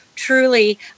truly